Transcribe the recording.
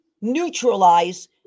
neutralize